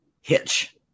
Hitch